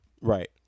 right